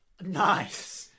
Nice